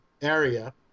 area